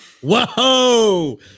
Whoa